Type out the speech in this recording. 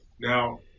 Now